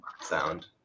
Sound